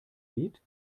lied